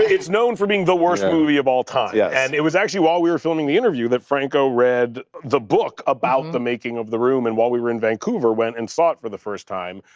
it's known for being the worst movie of all time, yeah and it was actually while we were filming the interview that franco read the book about and the making of the room and while we were in vancouver we went and saw it for the first time.